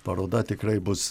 paroda tikrai bus